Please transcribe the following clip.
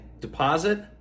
deposit